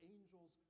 Angels